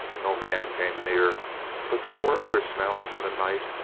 no man came near but there were other smells in the night.